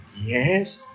Yes